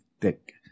thick